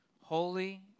holy